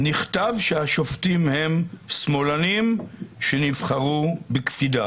נכתב שהשופטים הם שמאלנים שנבחרו בקפידה